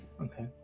Okay